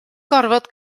gorfod